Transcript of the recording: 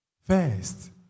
First